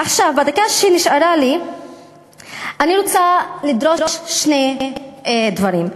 עכשיו, בדקה שנשארה לי אני רוצה לדרוש שני דברים.